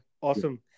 awesome